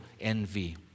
envy